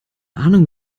ahnung